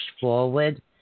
forward